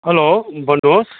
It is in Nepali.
हेलो भन्नुहोस्